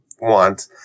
want